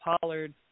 Pollard